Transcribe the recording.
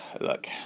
look